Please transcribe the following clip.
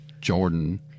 Jordan